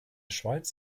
schweiz